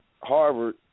Harvard